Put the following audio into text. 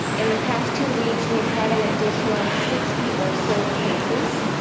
in the past two weeks, we've had an additional sixty or so cases.